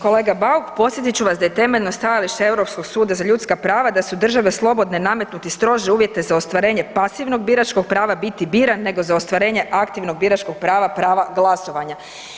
Kolega Bauk, podsjetit ću vas da je temeljno stajalište Europskog suda za ljudska prava da su države slobodne nametnuti strože uvjete za ostvarenje pasivnog biračkog prava biti biran, nego za ostvarenje aktivnog biračkog prava prava glasovanja.